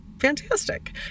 fantastic